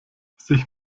sich